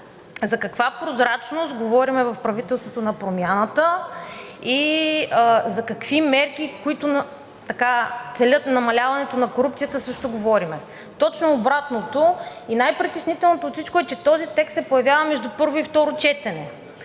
За каква прозрачност говорим в правителството на промяната? За какви мерки, които целят намаляването на корупцията, също говорим? Точно обратното. Най-притеснителното от всичко е, че този текст се появява между първо и второ четене.